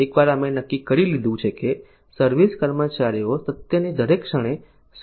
એકવાર અમે નક્કી કરી લીધું છે કે સર્વિસ કર્મચારીઓ સત્યની દરેક ક્ષણે શું અને કેવી કામગીરી કરશે